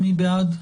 מי בעד?